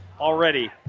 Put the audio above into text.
already